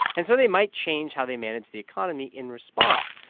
and so they might change how they manage the economy in response.